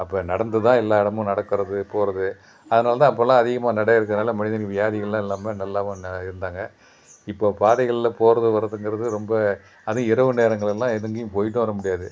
அப்போ நடந்துதான் எல்லா இடமும் நடக்கிறது போகிறது அதனால்தான் அப்பெல்லாம் அதிகமாக நடை இருக்கிறதுனால மனிதனுக்கு வியாதிங்களெலாம் இல்லாமல் நல்லாவும் இருந்தாங்க இருந்தாங்க இப்போது பாதைகளில் போகிறது வரதுங்கிறது ரொம்ப அதுவும் இரவு நேரங்கள்லெலாம் எங்கேயும் போய்விட்டு வர முடியாது